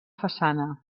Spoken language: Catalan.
façana